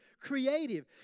creative